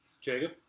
Jacob